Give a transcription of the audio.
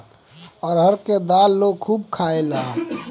अरहर के दाल लोग खूब खायेला